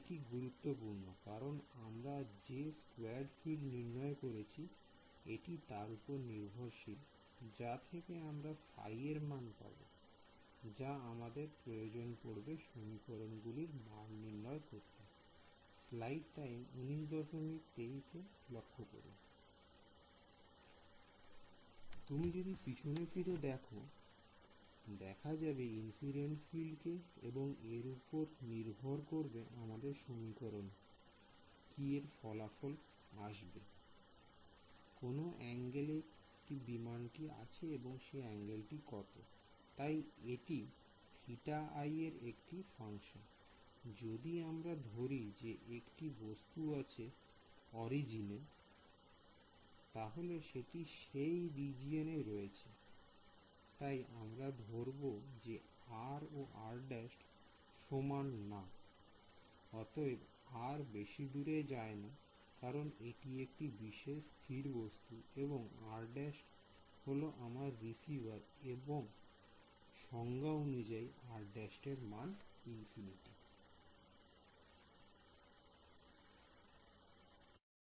এটি গুরুত্বপূর্ণ কারণ আমরা যে স্ক্যাটার্ড ফিল্ড নির্ণয় করেছি এটি তার উপর নির্ভরশীল যা থেকে আমরা ϕ এর মান পাব I যা আমাদের প্রয়োজন পড়বে সমীকরণ গুলি র মান নির্ণয়ের জন্য I তুমি যদি পিছন ফিরে দেখো দেখা যাবে ইন্সিডেন্ট ফিল্ড কে I এবং এর উপর নির্ভর করবে আমাদের সমীকরণ কি I এর ফলাফল নির্ভর করবে কোন অ্যাঙ্গেল এ বিমানটি আছে I তাই এটি θi I এর একটি ফাংশন I যদি আমরা ধরি যে একটি বস্তু আছে অরিজিন এ তাহলে সেটি সেই রিজিওন এ রয়েছে I তাই আমরা ধরবো যে r ও r ′ সমান না I অতএব r বেশিদূর যায় না কারণ এটি একটি বিশেষ স্থির বস্তু এবং r ′ হল আমার রিসিভার এবং সংজ্ঞা অনুযায়ী r ′ এর মান ইনফিনিটি I